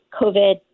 COVID